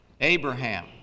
Abraham